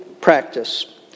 practice